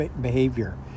behavior